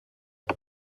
but